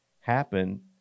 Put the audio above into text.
happen